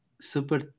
super